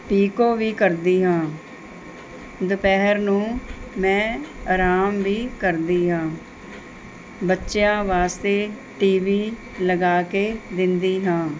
ਪੀਕੋ ਵੀ ਕਰਦੀ ਹਾਂ ਦੁਪਹਿਰ ਨੂੰ ਮੈਂ ਆਰਾਮ ਵੀ ਕਰਦੀ ਹਾਂ ਬੱਚਿਆਂ ਵਾਸਤੇ ਟੀ ਵੀ ਲਗਾ ਕੇ ਦਿੰਦੀ ਹਾਂ